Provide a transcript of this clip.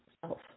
self